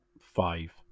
five